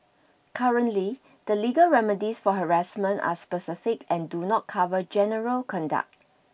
currently the legal remedies for harassment are specific and do not cover general conduct